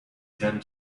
tend